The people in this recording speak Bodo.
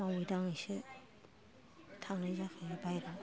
मावै दङैसो थांनाय जाखायो बायह्रायाव